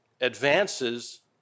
advances